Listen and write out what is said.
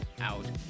out